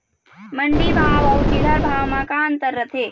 मंडी भाव अउ चिल्हर भाव म का अंतर रथे?